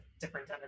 different